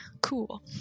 cool